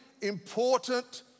important